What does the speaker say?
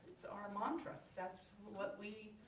our mantra that's what we